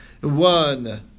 One